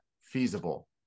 feasible